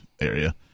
area